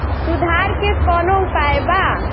सुधार के कौनोउपाय वा?